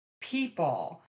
people